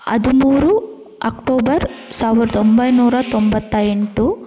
ಹದಿಮೂರು ಅಕ್ಟೋಬರ್ ಸಾವಿರ್ದ ಒಂಬೈನೂರ ತೊಂಬತ್ತೆಂಟು